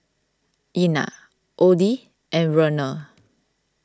Ina Odie and Werner